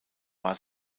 war